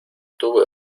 tuve